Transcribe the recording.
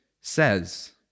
says